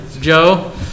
Joe